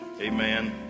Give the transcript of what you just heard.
Amen